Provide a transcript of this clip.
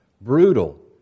brutal